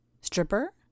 Stripper